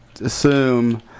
assume